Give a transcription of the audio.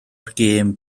gêm